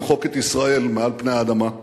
למחוק את ישראל מעל פני האדמה.